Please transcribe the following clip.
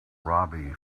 robbie